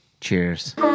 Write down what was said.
Cheers